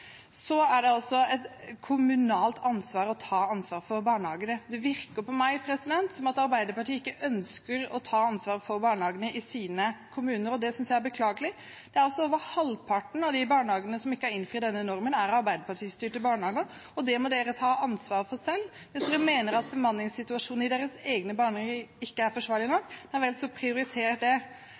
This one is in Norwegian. er et kommunalt ansvar. Det virker på meg som om Arbeiderpartiet ikke ønsker å ta ansvar for barnehagene i sine kommuner, og det synes jeg er beklagelig. Over halvparten av de barnehagene som ikke har innfridd denne normen, er Arbeiderparti-styrte barnehager, og det må de ta ansvar for selv. Hvis de mener at bemanningssituasjonen i deres egne barnehager ikke er forsvarlig nok, ja vel, så må de prioritere det.